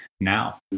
now